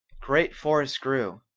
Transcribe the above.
great forests grew,